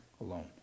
alone